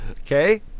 Okay